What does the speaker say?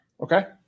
Okay